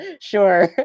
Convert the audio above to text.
sure